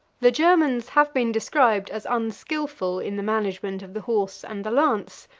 the germans have been described as unskillful in the management of the horse and the lance,